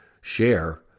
share